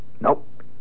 Nope